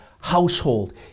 household